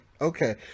okay